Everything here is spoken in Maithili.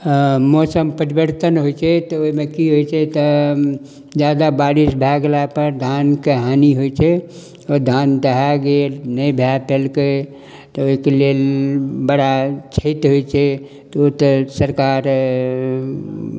मौसम परिवर्तन होइ छै तऽ ओहिमे की होइ छै तऽ ज्यादा बारिश भए गेलापर धानके हानि होइ छै धान दहा गेल नहि भए पयलकै तऽ ओहिके लेल बड़ा क्षति होइ छै तऽ ओ तऽ सरकार